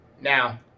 Now